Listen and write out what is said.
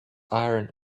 iron